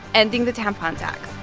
ending the tampon tax.